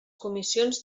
comissions